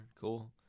cool